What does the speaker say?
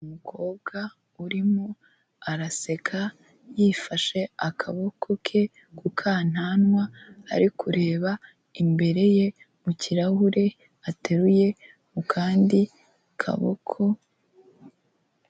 Umukobwa urimo araseka yifashe akaboko ke ku kananwa, ari kureba imbere ye mu kirahure ateruye mu kandi kaboko...